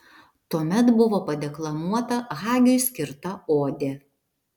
tuomet buvo padeklamuota hagiui skirta odė